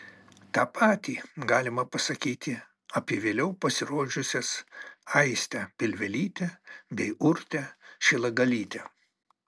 tą patį galima pasakyti apie vėliau pasirodžiusias aistę pilvelytę bei urtę šilagalytę